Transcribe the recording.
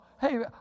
hey